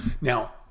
Now